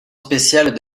spéciale